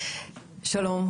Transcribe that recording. שלום,